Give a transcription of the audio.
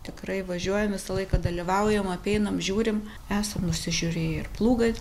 tikrai važiuojam visą laiką dalyvaujam apeinam žiūrim esam nusižiūrėję ir plūgą